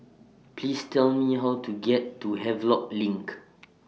Please Tell Me How to get to Havelock LINK